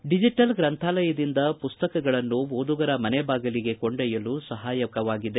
digital ಗ್ರಂಥಾಲಯದಿಂದ ಮಸ್ತಕಗಳನ್ನು ಓದುಗರ ಮನೆ ಬಾಗಿಲಿಗೆ ಕೊಂಡ್ವಯಲು ಸಹಾಯಕವಾಗಿದೆ